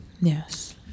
Yes